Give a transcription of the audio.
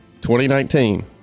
2019